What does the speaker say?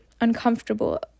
uncomfortable